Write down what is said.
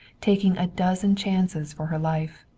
taking a dozen chances for her life.